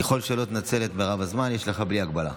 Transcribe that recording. ככל שתנצל את מרב הזמן, יש לך בלי הגבלה.